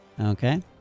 Okay